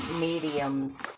mediums